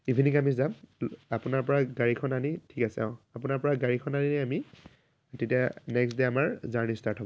evening আমি যাম আপোনাৰ পৰা গাড়ীখন আনি ঠিক আছে অঁ আপোনাৰ পৰা গাড়ীখন আনি আমি তেতিয়া নেক্সট ডে' আমাৰ জাৰ্ণি ষ্টাৰ্ট হ'ব